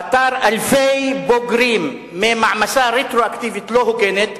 פטר אלפי בוגרים ממעמסה רטרואקטיבית לא הוגנת.